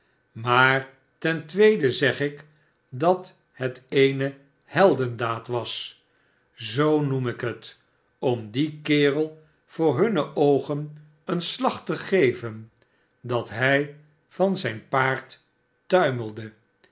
maar ten tweede zeg ik dat het eene heldendaad was zoo noem ik het om dien kerel voor hunne oogen een slag te geven dat hij van zijn paard tuimelde